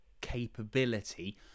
capability